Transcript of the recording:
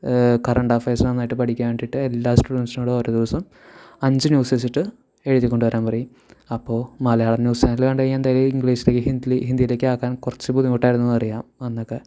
current affairs നന്നായിട്ട് പഠിക്കാൻ വേണ്ടിയിട്ട് എല്ലാ സ്റ്റുഡൻറ്സിനോടും ഓരോ ദിവസം അഞ്ച് ന്യൂസ് വെച്ചിട്ട് എഴുതിക്കൊണ്ട് വരാൻ പറയും അപ്പോൾ മലയാളം ന്യൂസ് ചാനൽ കണ്ടുകഴിഞ്ഞാൽ എന്തായാലും ഇംഗ്ലീഷിൽ ഹിന്ദി ഹിന്ദിയിലേക്ക് ആക്കാൻ കുറച്ച് ബുദ്ധിമുട്ടായിരുന്നു എന്നുപറയാം അന്നൊക്കെ